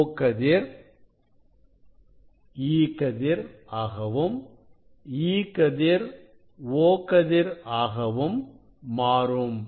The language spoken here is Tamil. O கதிர் E கதிர் ஆகவும் E கதிர் O கதிர் ஆகவும் மாறும்